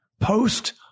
post